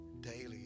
daily